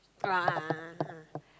oh a'ah a'ah a'ah